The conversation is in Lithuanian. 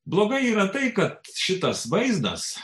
blogai yra tai kad šitas vaizdas